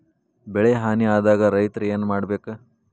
ಬೆಳಿ ಹಾನಿ ಆದಾಗ ರೈತ್ರ ಏನ್ ಮಾಡ್ಬೇಕ್?